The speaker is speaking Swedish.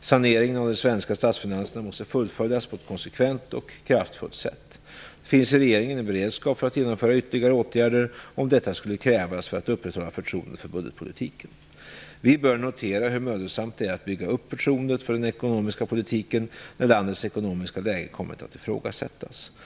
Saneringen av de svenska statsfinanserna måste fullföljas på ett konsekvent och kraftfullt sätt. Det finns i regeringen en beredskap för att genomföra ytterligare åtgärder om detta skulle krävas för att upprätthålla förtroendet för budgetpolitiken. Vi bör notera hur mödosamt det är att bygga upp förtroendet för den ekonomiska politiken när landets ekonomiska läge kommit att ifrågasättas.